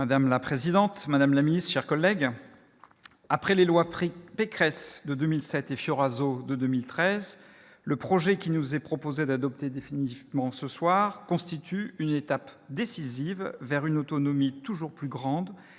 Madame la présidente, madame la mise, chers collègues, après les lois prix Pécresse de 2007 et Fioraso de 2013, le projet qui nous est proposé d'adopter définitivement ce soir constitue une étape décisive vers une autonomie toujours plus grande